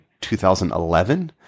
2011